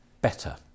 better